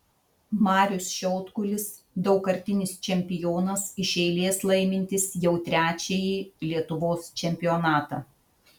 marius šiaudkulis daugkartinis čempionas iš eilės laimintis jau trečiąjį lietuvos čempionatą